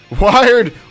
Wired